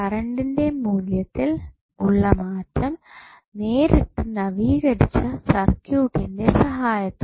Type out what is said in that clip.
കറണ്ടിന്റെ മൂല്യത്തിൽ ഉള്ള മാറ്റം നേരിട്ട് നവീകരിച്ച സർക്യൂട്ടിന്റെ സഹായത്തോടെ